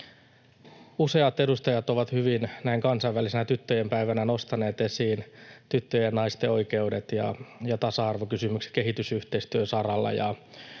Useat edustajat ovat hyvin näin kansainvälisenä tyttöjen päivänä nostaneet esiin tyttöjen ja naisten oikeudet ja tasa-arvokysymykset kehitysyhteistyön saralla.